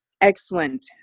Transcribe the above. excellent